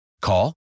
Call